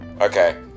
Okay